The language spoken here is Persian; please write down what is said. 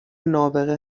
نابغه